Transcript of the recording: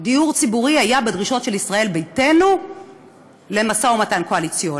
דיור ציבורי היה בדרישות של ישראל ביתנו למשא-ומתן קואליציוני.